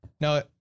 No